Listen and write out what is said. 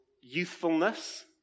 youthfulness